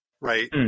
right